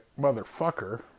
motherfucker